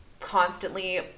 constantly